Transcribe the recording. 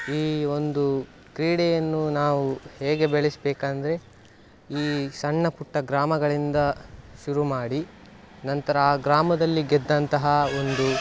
ಈ ಒಂದು ಕ್ರೀಡೆಯನ್ನು ನಾವು ಹೇಗೆ ಬೆಳೆಸಬೇಕಂದ್ರೆ ಈ ಸಣ್ಣ ಪುಟ್ಟ ಗ್ರಾಮಗಳಿಂದ ಶುರು ಮಾಡಿ ನಂತರ ಆ ಗ್ರಾಮದಲ್ಲಿ ಗೆದ್ದಂತಹ ಒಂದು